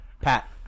Pat